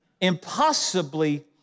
impossibly